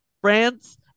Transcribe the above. France